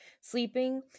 sleeping